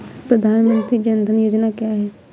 प्रधानमंत्री जन धन योजना क्या है?